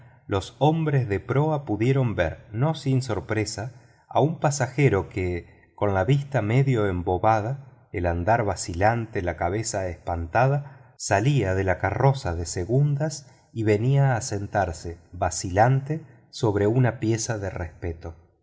los hombres de proa pudieron ver no sin sorpresa a un pasajero que con la vista medio embobada el andar vacilante la cabeza espantada salía de la carroza de segundas y venía a sentarse vacilante sobre una pieza de respeto